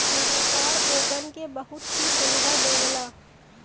सरकार ओगन के बहुत सी सुविधा देवला